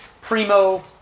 primo